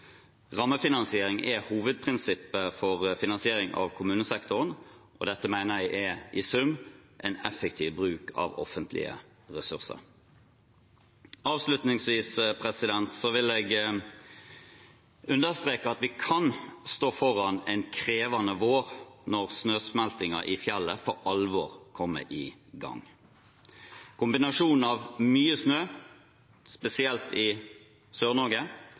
Rammefinansiering er hovedprinsippet for finansiering av kommunesektoren, og dette mener jeg er – i sum – en effektiv bruk av offentlige ressurser. Avslutningsvis vil jeg understreke at vi kan stå foran en krevende vår når snøsmeltingen i fjellet for alvor kommer i gang. Mye snø, spesielt i